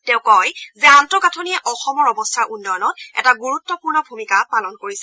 তেওঁ কয় যে আন্তঃগাঠনিয়ে অসমৰ অৱস্থাৰ উন্নয়নত এটা গুৰুত্বপূৰ্ণ ভূমিকা পালন কৰিছে